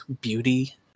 beauty